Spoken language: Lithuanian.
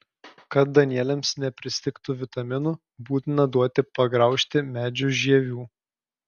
kad danieliams nepristigtų vitaminų būtina duoti pagraužti medžių žievių